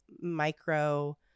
micro